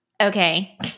Okay